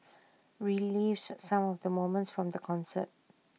relives some of the moments from the concert